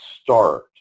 start